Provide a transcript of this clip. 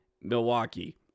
Milwaukee